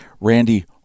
Randy